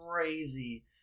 crazy